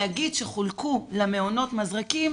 להגיד שחולקו למעונות מזרקים,